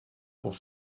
pour